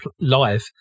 live